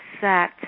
set